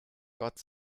gott